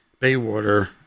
Baywater